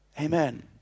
Amen